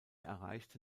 erreichte